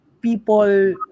People